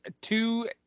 two